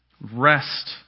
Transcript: Rest